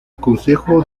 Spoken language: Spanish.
concejo